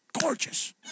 gorgeous